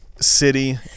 City